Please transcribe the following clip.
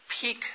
peak